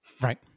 Right